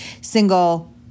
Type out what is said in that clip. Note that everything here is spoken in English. single